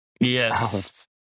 yes